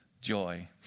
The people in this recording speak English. joy